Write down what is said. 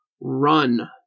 run